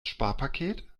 sparpaket